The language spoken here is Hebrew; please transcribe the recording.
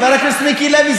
חבר הכנסת מיקי לוי,